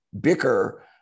bicker